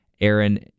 Aaron